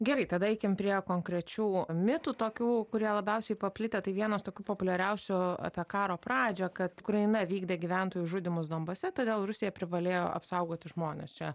gerai tada eikim prie konkrečių mitų tokių kurie labiausiai paplitę tai vienas tokių populiariausių apie karo pradžią kad ukraina vykdė gyventojų žudymus donbase todėl rusija privalėjo apsaugoti žmones čia